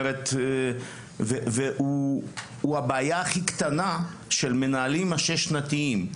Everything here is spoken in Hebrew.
ומהווה את הבעיה הכי קטנה של המנהלים השש-שנתיים.